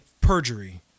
Perjury